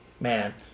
Man